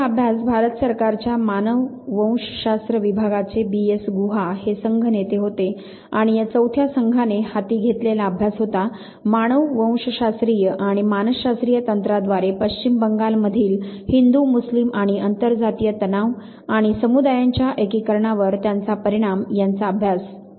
पुढचा अभ्यास भारत सरकारच्या मानववंशशास्त्र विभागाचे बी एस गुहा हे संघ नेते होते आणि या चौथ्या संघाने हाती घेतलेला अभ्यास होता - "मानववंशशास्त्रीय आणि मानस शास्त्रीय तंत्राद्वारे पश्चिम बंगाल मधील हिंदू मुस्लिम आणि अंतर जातीय तणाव आणि समुदायांच्या एकीकरणावर त्यांचा परिणाम याचा अभ्यास"